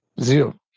Zero